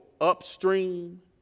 upstream